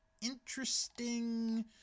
interesting